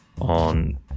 on